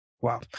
Wow